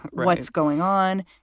what's going on?